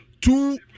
two